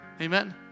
Amen